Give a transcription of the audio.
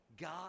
God